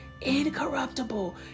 incorruptible